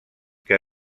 que